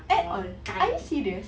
at all are you serious